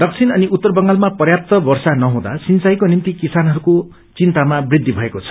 दक्षिण अनि उत्तर बंगालमा पर्याप्त वर्षा नहुँदो सिंचाईको निमित किसानहरूको विन्तामा वृद्धि भएको छ